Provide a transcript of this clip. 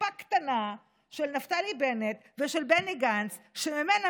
קופה קטנה של נפתלי בנט ושל בני גנץ שממנה